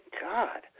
God